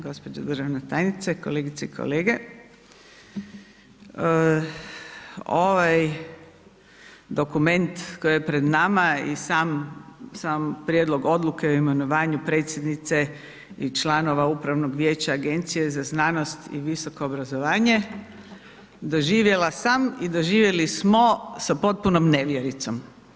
Gđo. državna tajnice, kolegice i kolege, ovaj dokument koji je pred nama i sam prijedlog odluke o imenovanju predsjednice i članova upravnog vijeća agencije za znanost i visoko obrazovanje doživjela sam i doživjeli smo sa potpunom nevjericom.